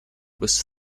was